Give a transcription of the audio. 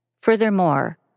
Furthermore